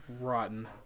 rotten